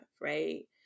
right